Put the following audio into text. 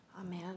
Amen